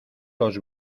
los